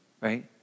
Right